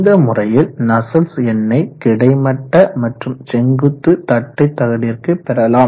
இந்த முறையில் நஸ்சல்ட்ஸ் எண்ணை கிடைமட்ட மற்றும் செங்குத்து தட்டை தகட்டிற்கு பெறலாம்